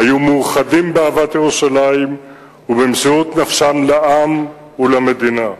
היו מאוחדים באהבת ירושלים ובמסירות נפשם לעם ולמדינה.